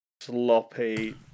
sloppy